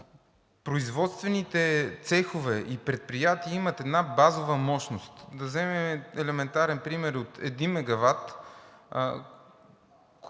производствените цехове и предприятия имат една базова мощност, да вземем елементарен пример от 1 мегават,